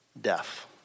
Death